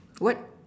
what